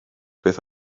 beth